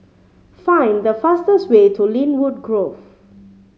find the fastest way to Lynwood Grove